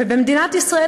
ובמדינת ישראל,